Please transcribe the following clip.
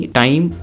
time